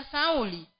Sauli